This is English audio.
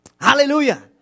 Hallelujah